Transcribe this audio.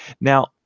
Now